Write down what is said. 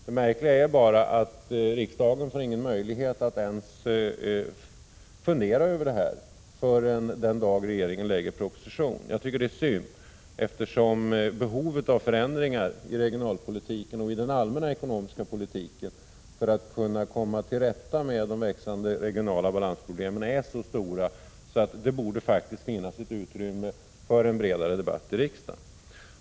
Det märkliga är bara att riksdagen inte får möjlighet att ens fundera över dessa saker förrän den dag då regeringen lägger fram sin proposition. Jag tycker att det är synd, eftersom behovet av förändringar i regionalpolitiken och i den allmänna ekonomiska politiken i syfte att komma till rätta med de växande regionala balansproblemen är så stort. Det borde således faktiskt finnas ett utrymme för en bredare debatt här i riksdagen.